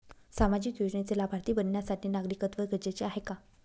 सामाजिक योजनेचे लाभार्थी बनण्यासाठी नागरिकत्व गरजेचे आहे का?